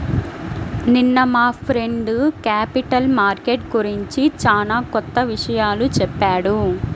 నిన్న మా friend capital market గురించి చానా కొత్త విషయాలు చెప్పాడు